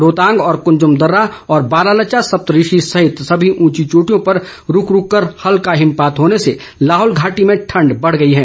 रोहतांग व कुंजम दर्रा और बारालाचा सप्तऋषि सहित सभी उंची चोटियों पर रूक रूक कर हल्का हिमपात होने से लाहौल घाटी में ठंड बढ़ रही है